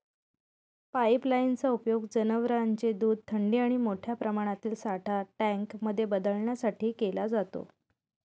pipeline चा उपयोग जनवरांचे दूध थंडी आणि मोठ्या प्रमाणातील साठा टँक मध्ये बदलण्यासाठी केला जातो